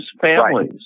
families